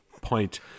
point